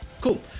Cool